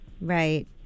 Right